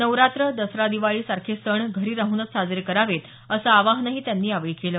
नवरात्र दसरा दिवाळी सारखे सण घरी राहनच साजरे करावेत असं आवाहनही त्यांनी यावेळी केल